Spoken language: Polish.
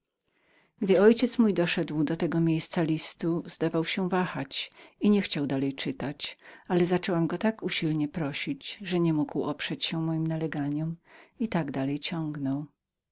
gdy mój ojciec doszedł do tego miejsca listu zdawał się wahać i niechciał dalej czytać ale zaczęłam tak usilnie go prosić że niemógł oprzeć się moim naleganiom i tak dalej ciągnął